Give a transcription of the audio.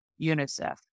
UNICEF